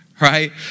right